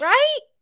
Right